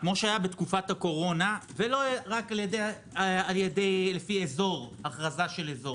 כפי שהיה בתקופת הקורונה ולא רק לפי הכרזת אזור.